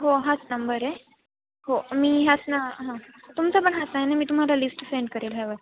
हो हाच नंबर आहे हो मी ह्याच ना हां तुमचां पण हाच आहे ना मी तुम्हाला लिस्ट सेंड करेल ह्यावर